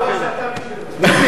אני רואה שאתה, לא,